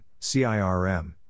CIRM